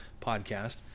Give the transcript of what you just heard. podcast